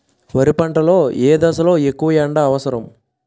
వరి పంట లో ఏ దశ లొ ఎక్కువ ఎండా అవసరం?